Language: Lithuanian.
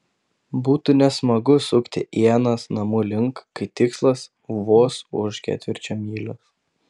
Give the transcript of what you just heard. būtų nesmagu sukti ienas namų link kai tikslas vos už ketvirčio mylios